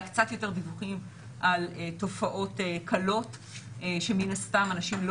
היו קצת יותר דיווחים על תופעות קלות שמן הסתם אנשים לא